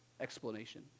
explanation